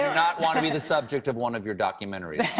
not want to be the subject of one of your documentaries